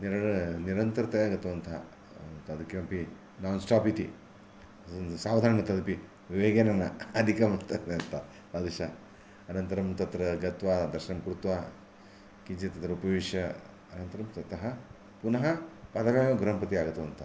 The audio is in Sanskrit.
निरन निरन्तरतया गतवन्तः तत् किमपि नान् स्टाप् इति सावदानेन तदपि वेगेन न अधिकं तादृशम् अनन्तरं तत्र गत्वा दर्शनं कृत्वा किञ्चित् तत्र उपविश्य अनन्तरं ततः पुनः पादेनैव गृहं प्रति आगतवन्तः